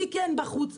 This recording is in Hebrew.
מי בחוץ,